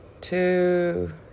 two